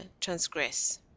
transgress